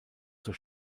zur